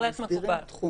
בהחלט מקובל.